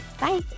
bye